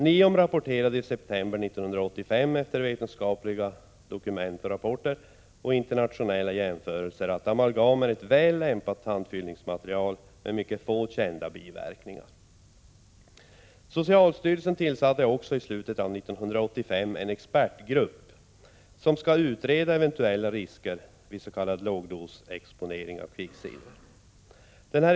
NIOM rapporterade i september 1985, efter vetenskapliga dokument och rapporter samt internationella jämförelser, att amalgam är ett väl lämpat tandfyllningsmaterial med mycket få kända biverkningar. Socialstyrelsen tillsatte också i slutet av 1985 en expertgrupp som skall utreda eventuella risker vid s.k. lågdosexponering av kvicksilver.